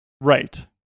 Right